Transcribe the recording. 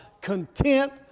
content